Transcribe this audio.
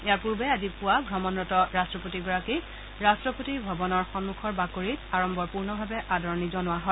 ইয়াৰ পূৰ্বে আজি পুৱা অমণৰত ৰাট্টপতিগৰাকীক ৰাট্টপতি ভৱনৰ সন্মুখৰ বাকৰিত আড়ম্বৰপূৰ্ণভাৱে আদৰণি জনোৱা হয়